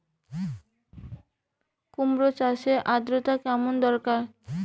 কুমড়ো চাষের আর্দ্রতা কেমন দরকার?